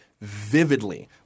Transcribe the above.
vividly